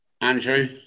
Andrew